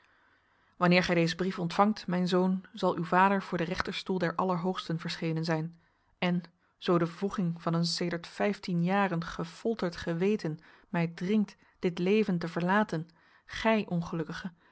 wanneer gij dezen brief ontvangt mijn zoon zal uw vader voor den rechterstoel des allerhoogsten verschenen zijn en zoo de wroeging van een sedert vijftien jaren gefolterd geweten mij dringt dit leren te verlaten gij ongelukkige